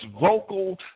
vocal